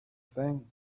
thing